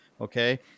Okay